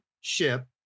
ship